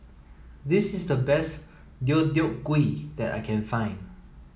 this is the best Deodeok Gui that I can find